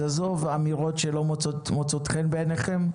אז עזוב אמירות שלא מוצאות חן בעיניכם,